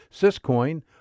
Syscoin